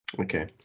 okay